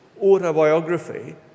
autobiography